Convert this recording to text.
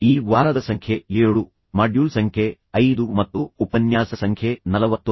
ಈ ವಾರದ ಸಂಖ್ಯೆ 7 ಮಾಡ್ಯೂಲ್ ಸಂಖ್ಯೆ 5 ಮತ್ತು ಉಪನ್ಯಾಸ ಸಂಖ್ಯೆ 41